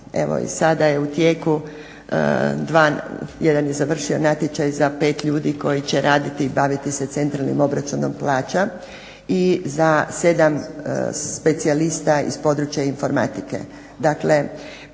sada je u tijeku jedan je završio natječaj za 5 ljudi koji će raditi i baviti se centralnim obračunom plaća i za 7 specijalista iz područja informatike.